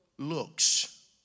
looks